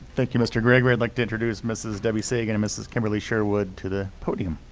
thank you, mr. gregory. i'd like to introduce mrs debbie sagen and mrs. kimberly sherwood to the podium.